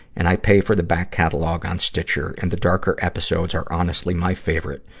and i pay for the back catalogue on stitcher, and the darker episodes are honestly my favorite.